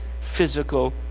physical